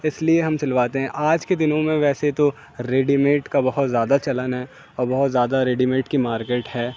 اس لیے ہم سلواتے ہیں آج کے دنوں میں ویسے تو ریڈی میڈ کا بہت زیادہ چلن ہے اور بہت زیادہ ریڈی میڈ کی مارکیٹ ہے